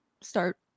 start